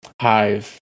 hive